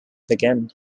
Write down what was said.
begin